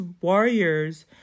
warriors